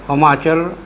Himachal